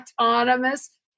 autonomous